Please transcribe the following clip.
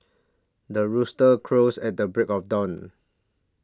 the rooster crows at the break of dawn